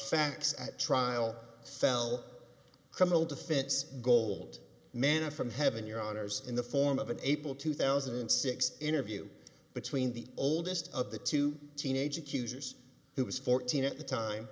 facts at trial cell criminal defense gold manna from heaven your honors in the form of an april two thousand and six interview between the oldest of the two teenage accusers who was fourteen at the time